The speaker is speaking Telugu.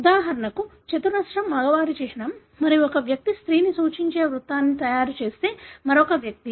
ఉదాహరణకు చతురస్రం మగవారికి చిహ్నం మరియు ఒక వ్యక్తి స్త్రీని సూచించే వృత్తాన్ని తయారు చేస్తే మరొక వ్యక్తి